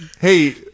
Hey